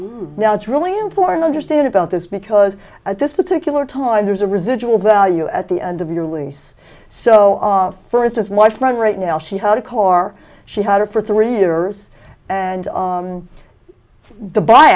now it's really informed understand about this because at this particular time there's a residual value at the end of your lease so for instance much from right now she had a car she had her for three years and the b